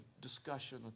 discussion